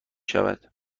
شود